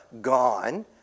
gone